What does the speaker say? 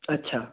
अच्छा